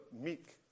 meek